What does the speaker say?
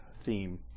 theme